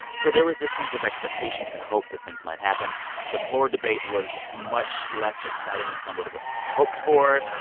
so there was this sense of expectation and hope that things might happen the floor debate was much less exciting than some would've hoped for.